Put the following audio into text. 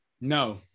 No